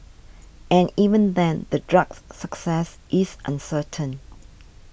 and even then the drug's success is uncertain